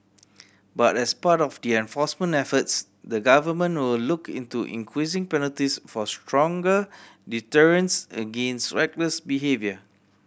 but as part of the enforcement efforts the government will look into increasing penalties for stronger deterrence against reckless behaviour